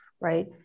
right